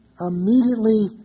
immediately